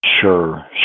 Sure